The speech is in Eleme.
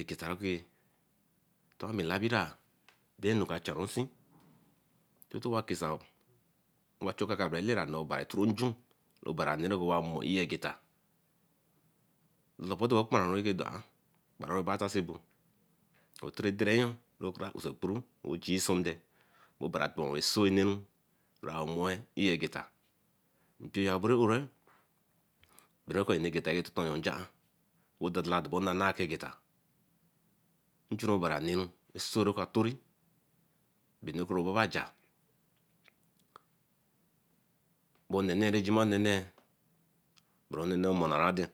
ageta rake towan ami labira gein enu ca charunsin ototowo kesan chu okaka elera nee obari thrun njun obari a na rah ca uwa wa more iye-getta okparanwo tatan so ebo etare jereyon who jie sunde oh obari sow neru bre meer mpio a borey ore bereko inne getta intentenya in jia ah wo dodo aly wo nana key geta e churey obari neru so can torri benu anu ebabaja bo onene rah jima onene broro momo ande